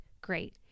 great